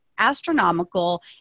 astronomical